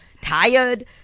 tired